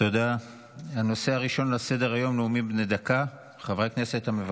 אוזלת היד